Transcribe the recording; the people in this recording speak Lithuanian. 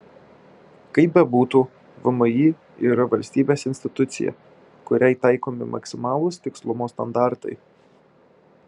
kaip bebūtų vmi yra valstybės institucija kuriai taikomi maksimalūs tikslumo standartai